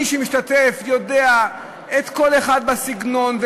מי שמשתתף יודע שכל אחד עם הסגנון שלו,